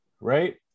right